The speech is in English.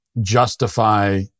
justify